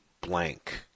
blank